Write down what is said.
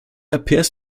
appears